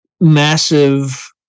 massive